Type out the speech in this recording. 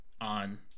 on